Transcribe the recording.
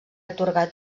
atorgar